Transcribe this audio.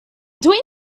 doing